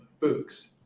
books